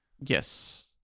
Yes